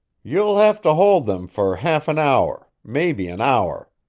you'll have to hold them for half an hour maybe an hour.